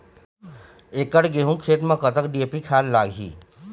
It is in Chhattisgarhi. एकड़ गेहूं खेत म कतक डी.ए.पी खाद लाग ही?